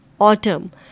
autumn